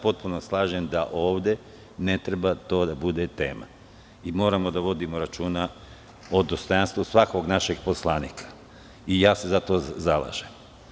Potpuno se slažem da ovde ne treba to da bude tema i moramo da vodimo računa o dostojanstvu svakog našeg poslanika i ja se za to zalažem.